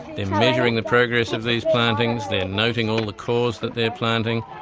they're measuring the progress of these plantings, they're noting all the cores that they're planting.